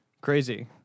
Crazy